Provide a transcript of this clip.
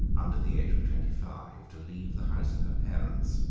under the age of twenty-five, to leave the house of her parents.